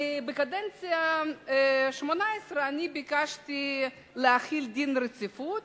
ובקדנציה של הכנסת השמונה-עשרה אני ביקשתי להחיל דין רציפות,